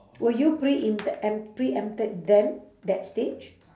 were you pre-inte~ em~ pre-empted then that stage